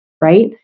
right